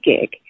gig